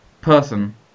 Person